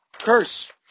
curse